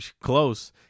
close